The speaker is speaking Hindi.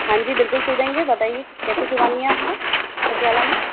हाँ जी बिल्कुल सिल देंगे बताइए कैसे सिलवानी है आपको पटियाला में